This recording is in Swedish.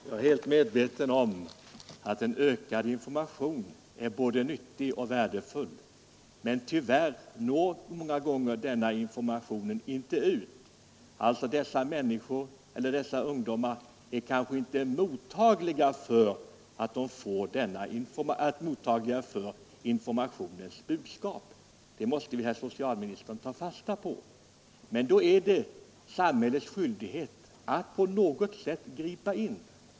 Herr talman! Jag är medveten om att en ökad information är både nyttig och värdefull. Men tyvärr når informationen många gånger inte fram. Dessa ungdomar är kanske inte mottagliga för informationens budskap, och det måste väl herr socialministern då ta fasta på. Det är då samhällets skyldighet att på något sätt gripa in.